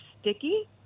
sticky